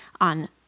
on